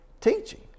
teaching